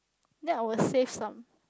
that will save some